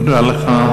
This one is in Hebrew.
תודה לך.